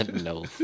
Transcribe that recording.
No